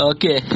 Okay